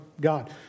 God